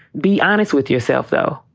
be honest with yourself, though.